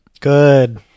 good